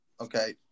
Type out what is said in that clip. okay